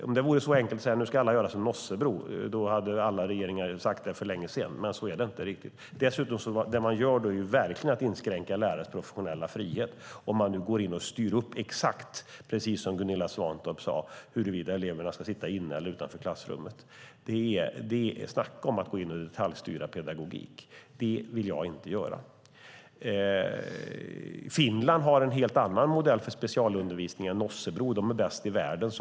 Om det vore så enkelt som att alla borde göra som Nossebro hade alla regeringar sagt det för länge sedan. Men så är det inte riktigt. Det vore dessutom verkligen att inskränka lärarens professionella frihet att gå in och styra exakt och rent av bestämma huruvida eleverna ska sitta inne i eller utanför klassrummet, som Gunilla Svantorp nämnde. Snacka om att detaljstyra pedagogiken! Det vill jag inte göra. Finland har en helt annan modell för specialundervisning än Nossebro, och de är bäst i världen.